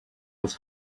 was